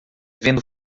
vendo